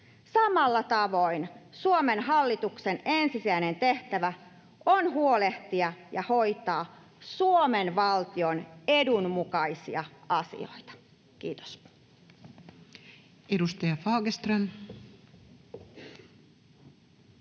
Samalla tavoin Suomen hallituksen ensisijainen tehtävä on huolehtia ja hoitaa Suomen valtion edunmukaisia asioita. — Kiitos. [Speech